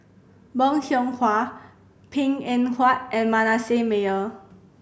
Bong Hiong Hwa Png Eng Huat and Manasseh Meyer